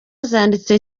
zanditswe